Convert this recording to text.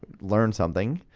learn something